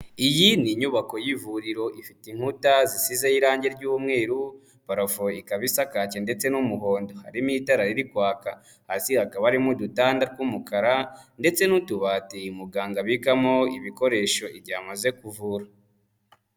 Iyi ni inyubako y'ivuriro, ifite inkuta zisizeho irangi ry'umweru, parafo ikaba isa kake ndetse n'umuhondo, harimo itara riri kwaka, hasi hakaba harimo udutanda tw'umukara ndetse n'utubati muganga abikamo ibikoresho igihe amaze kuvura.